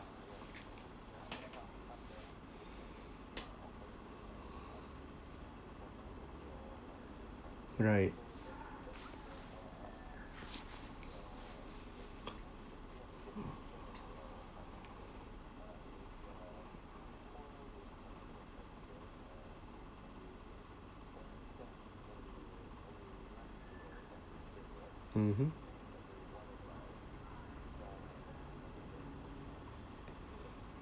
right mmhmm